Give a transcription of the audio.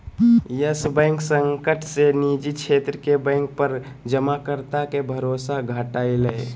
yes bank संकट से निजी क्षेत्र के बैंक पर जमाकर्ता के भरोसा घटलय